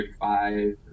35